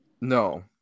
No